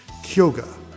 Kyoga